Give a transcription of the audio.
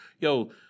yo